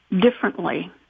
differently